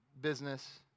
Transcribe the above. business